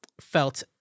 felt